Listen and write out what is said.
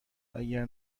اگر